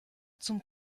zum